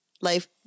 life